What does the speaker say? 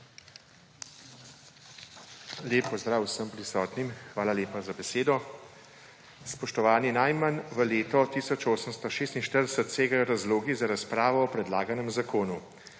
Lep pozdrav vsem prisotnim! Hvala lepa za besedo. Spoštovani, najmanj v leto 1846 segajo razlogi za razpravo o predlaganem zakonu.